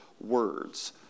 words